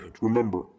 remember